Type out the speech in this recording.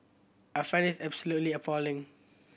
I find this absolutely appalling